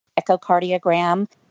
echocardiogram